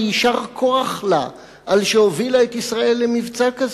ויישר כוח לה על שהובילה את ישראל למבצע כזה.